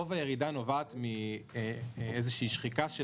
רוב הירידה נובעת מאיזושהי שחיקה של